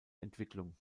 entwicklung